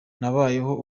habayeho